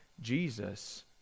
Jesus